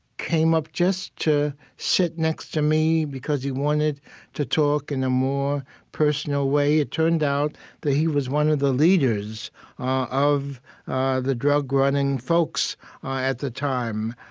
came up just to sit next to me because he wanted to talk in a more personal way. it turned out that he was one of the leaders ah of the drug-running folks ah at the time.